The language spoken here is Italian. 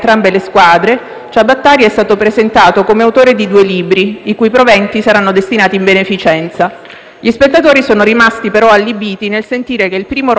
lettori. Sui siti *on line* dov'è possibile acquistarlo, infatti, la moglie del Ciabattari, calabrese, si esprime come segue: «Nel racconto del libro "Zio Luigi. L'ultimo uomo d'onore"